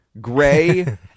gray